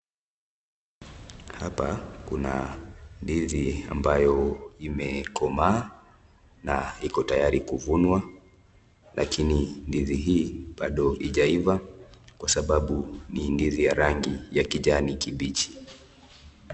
Hapa kuna ndizi ambayo imekomaa na iko tayari kuvunwa lakini ndizi hii bado ijaiva kwa sababu ni ndizi ya rangi ya kijani kibichi.